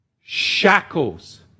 shackles